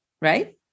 right